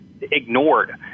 ignored